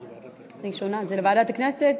התשע"ד 2014, לוועדה שתקבע ועדת הכנסת